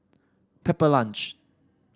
Pepper Lunch